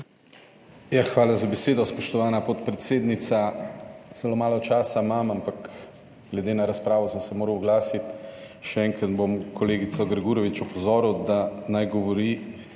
Hvala za besedo, spoštovana podpredsednica. Zelo malo časa imam, ampak glede na razpravo sem se moral oglasiti. Še enkrat bom kolegico Grgurevič opozoril, da naj govori